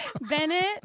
Bennett